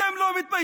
אתם לא מתביישים?